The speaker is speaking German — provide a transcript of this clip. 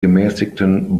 gemäßigten